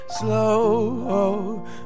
slow